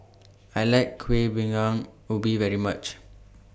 I like Kuih Bingka Ubi very much